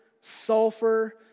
sulfur